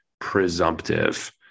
presumptive